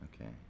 Okay